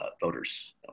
voters